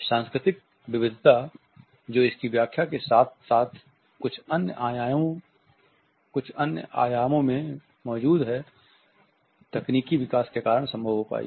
सांस्कृतिक विविधता जो इसकी व्याख्या के साथ साथ कुछ अन्य आयामों में मौजूद है तकनीकी विकास के कारण संभव हो पाई हैं